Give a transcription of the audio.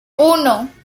uno